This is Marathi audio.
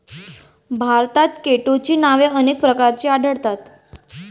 भारतात केटोची नावे अनेक प्रकारची आढळतात